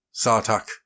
Sartak